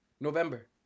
November